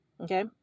Okay